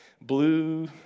blue